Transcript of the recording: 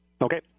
Okay